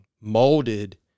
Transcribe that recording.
molded